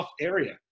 area